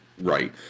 right